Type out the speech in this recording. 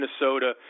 Minnesota